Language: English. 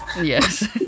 Yes